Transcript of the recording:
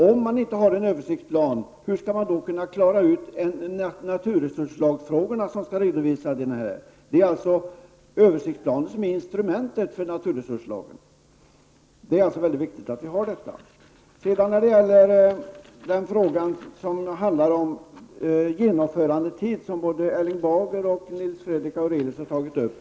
Om man inte har en översiktsplan, hur skall man då kunna klara ut de naturresurslagfrågor som skall redovisas. Översiktsplanen är instrumentet för naturresurslagen. Översiktplanen är således mycket viktig. Frågan om genomförandetid har både Erling Bager och Nils Fredrik Aurelius tagit upp.